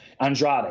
Andrade